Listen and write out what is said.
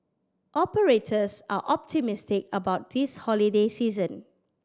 operators are optimistic about this holiday season